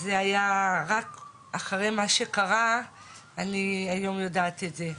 זה היה רק אחרי מה שקרה אני היום יודעת את זה.